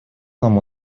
нам